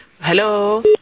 Hello